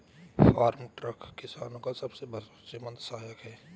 farm truck किसानो का सबसे भरोसेमंद सहायक है